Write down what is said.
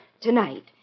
Tonight